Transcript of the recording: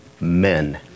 men